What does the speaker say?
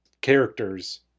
characters